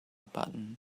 button